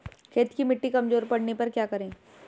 खेत की मिटी कमजोर पड़ने पर क्या करें?